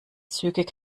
zügig